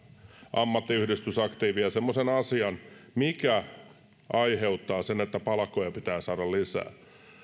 ammattiyhdistysaktiivia nimeämään semmoisen asian mikä aiheuttaa sen että palkkoja pitää saada lisää